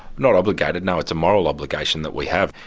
not obligated no, it's a moral obligation that we have.